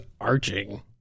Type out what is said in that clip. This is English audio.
arching